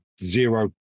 zero